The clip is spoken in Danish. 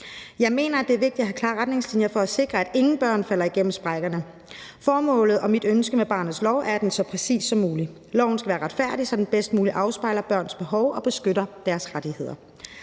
Jeg mener, at det er ret vigtigt at have klare retningslinjer for at sikre, at ingen børn falder igennem sprækkerne. Formålet og mit ønske med barnets lov er, at den er så præcis som muligt. Loven skal være retfærdig, så den bedst muligt afspejler børns behov og beskytter deres rettigheder.